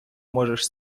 можеш